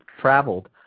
traveled